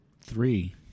three